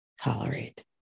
tolerate